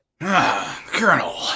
Colonel